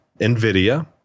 NVIDIA